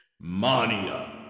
Mania